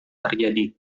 terjadi